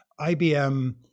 IBM